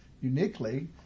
uniquely